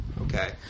Okay